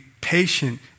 patient